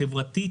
החברתי,